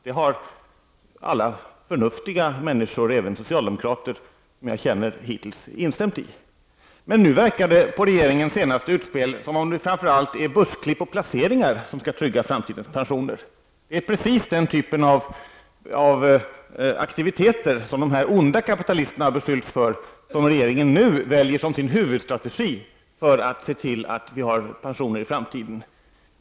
Detta har alla förnuftiga människor, även socialdemokrater som jag känner, hittills instämt i. Men nu verkar det efter regeringens senaste utspel som om det framför allt är börsklipp och placeringar som skall trygga framtidens pensioner. Det är precis den typ av aktiviteter som de här ''onda'' kapitalisterna beskyllts för som regeringen nu väljer som sin huvudstrategi för att se till att vi har pensioner i framtiden.